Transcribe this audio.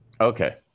Okay